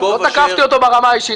לא תקפתי אותו ברמה האישית,